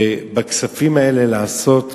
ובכספים האלה לעשות באמת,